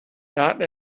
not